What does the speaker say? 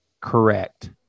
correct